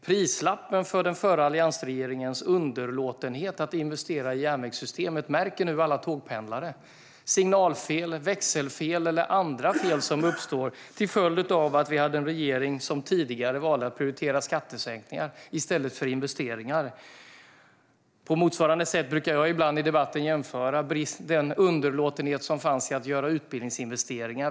Prislappen för den förra alliansregeringens underlåtenhet att investera i järnvägssystemet märker nu alla tågpendlare. Det är signalfel, växelfel eller andra fel som uppstår till följd av att den tidigare regeringen valde att prioritera skattesänkningar i stället för investeringar. På motsvarande sätt brukar jag ibland i debatten jämföra den underlåtenhet som fanns i att göra utbildningsinvesteringar.